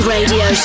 Radio